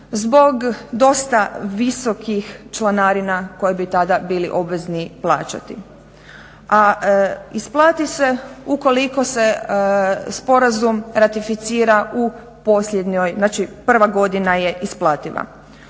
zbog dosta visokih članarina koje bi tada bili obvezni plaćati. A isplati se ukoliko se sporazum ratificira u posljednjoj, znači prva godina je isplativa.